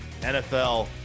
NFL